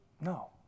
no